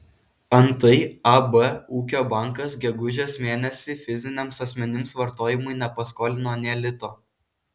antai ab ūkio bankas gegužės mėnesį fiziniams asmenims vartojimui nepaskolino nė lito